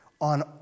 on